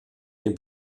dem